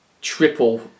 triple